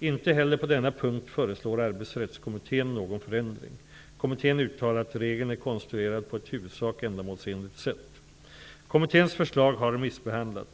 Inte heller på denna punkt föreslår arbetsrättskommittén någon förändring. Kommittén uttalar att reglen är konstruerad på ett i huvudsak ändamålsenligt sätt. Kommitténs förslag har remissbehandlats.